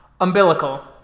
umbilical